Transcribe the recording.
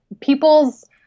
people's